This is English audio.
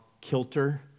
kilter